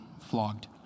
flogged